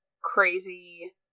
crazy